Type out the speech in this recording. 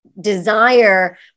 desire